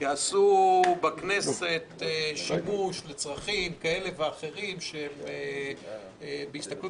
שיעשו בכנסת שימוש לצרכים כאלה ואחרים שהם בהסתכלות